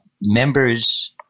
member's